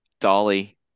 dolly